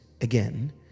again